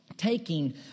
taking